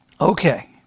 Okay